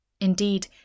Indeed